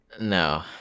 No